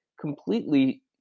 completely